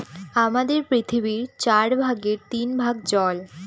আমাদের পৃথিবীর চার ভাগের তিন ভাগ জল